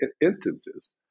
instances